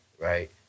right